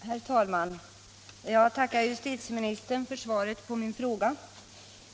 Herr talman! Jag tackar justitieministern för svaret på min fråga.